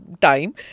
time